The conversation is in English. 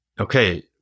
okay